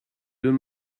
deux